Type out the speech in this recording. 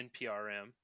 NPRM